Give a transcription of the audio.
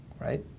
right